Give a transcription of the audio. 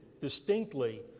distinctly